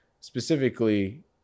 specifically